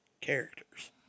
characters